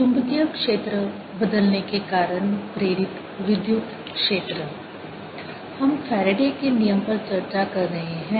चुंबकीय क्षेत्र बदलने के कारण प्रेरित विद्युत क्षेत्र हम फैराडे के नियम Faraday's law पर चर्चा कर रहे हैं